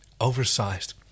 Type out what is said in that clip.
Oversized